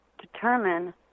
determine